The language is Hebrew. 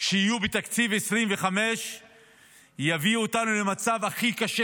שיהיו בתקציב 2025 יביאו אותנו למצב הכי קשה